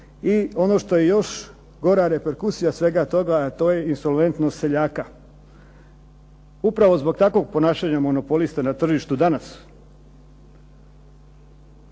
I ono što je još gora reperkusija svega toga, a to je insolventnost seljaka. Upravo zbog takvog ponašanja monopolista na tržištu danas